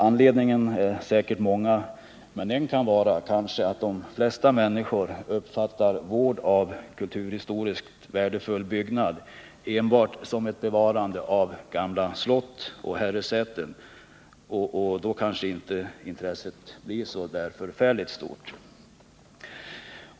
Anledningarna är säkert många, men en kan kanske vara att de flesta människor uppfattar vård av kulturhistoriskt värdefulla byggnader enbart som ett bevarande av gamla slott och herresäten, och då kanske intresset inte blir så förfärligt stort.